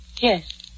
Yes